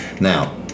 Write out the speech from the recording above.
Now